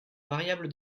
variable